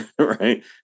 right